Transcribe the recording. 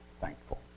thankful